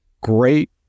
Great